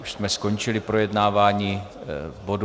Už jsme skončili projednávání bodu.